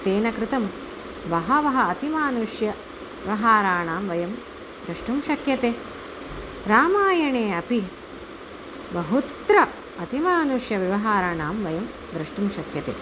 तेन कृतं बहवः अतिमानुष्यव्यवहाराणां वयं द्रष्टुं शक्यते रामायणे अपि बहुत्र अतिमानुष्यव्यवहाराणां वयं द्रष्टुं शक्यते